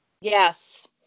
Yes